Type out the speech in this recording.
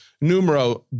numero